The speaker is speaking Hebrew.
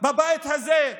בבית הזה,